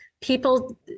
people